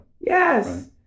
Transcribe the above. Yes